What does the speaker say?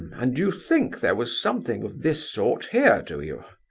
and you think there was something of this sort here, do you?